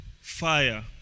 fire